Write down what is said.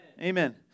Amen